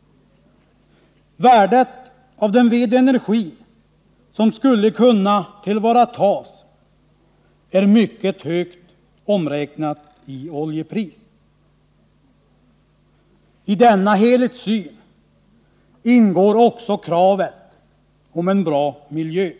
till vår energiförsörjning. Värdet av den vedenergi som skulle kunna tillvaratas är mycket högt, omräknat i oljepris. I denna helhetssyn ingår också kravet på en bra miljö.